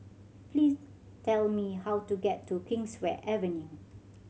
please tell me how to get to Kingswear Avenue